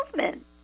movement